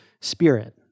spirit